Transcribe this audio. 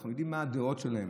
אנחנו יודעים מה הדעות שלהם.